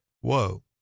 Whoa